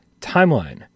timeline